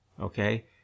Okay